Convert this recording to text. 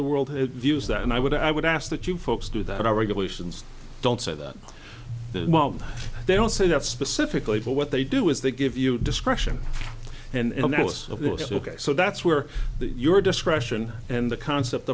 the world views that and i would i would ask that you folks do that our regulations don't say that the moment they don't say that specifically but what they do is they give you discretion and most of those ok so that's where your discretion and the concept